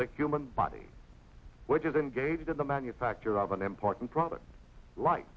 the human body which is engaged in the manufacture of an important product li